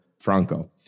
Franco